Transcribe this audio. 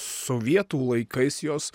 sovietų laikais jos